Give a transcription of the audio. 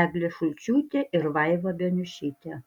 eglė šulčiūtė ir vaiva beniušytė